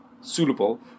suitable